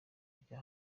bya